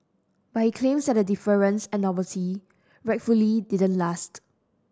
but he claims that the deference and novelty rightfully didn't last